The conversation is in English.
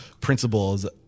principles